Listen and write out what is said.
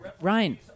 Ryan